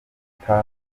rukuta